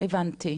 הבנתי.